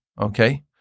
okay